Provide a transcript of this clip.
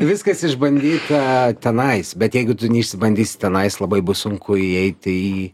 viskas išbandyta tenais bet jeigu tu nei išsibandysi tenais labai bus sunku įeiti į